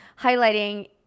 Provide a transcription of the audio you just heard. highlighting